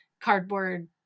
cardboard